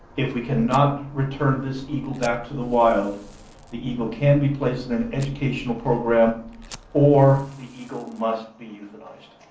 if we can not return this eagle back to the wild the eagle can be placed in an educational program or the eagle must be euthanized.